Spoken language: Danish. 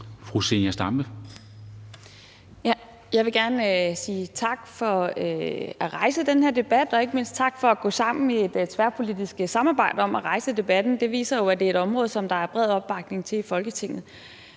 Zenia Stampe (RV): Jeg vil gerne sige tak til ordføreren for at rejse den her debat og ikke mindst for at gå sammen i et tværpolitisk samarbejde om at rejse debatten. Det viser jo, at det er et område, som der er bred opbakning til i Folketinget,